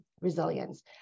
resilience